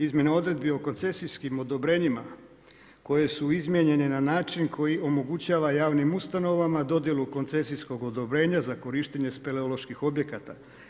Izmjene odredbi o koncesijskim odobrenjima koje su izmijenjene na način koji omogućava javnim ustanovama dodjelu koncesijskog odobrenja za korištenje speleoloških objekata.